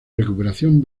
recuperación